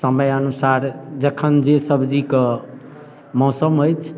समय अनुसार जखन जे सब्जी कऽ मौसम अछि